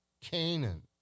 Canaan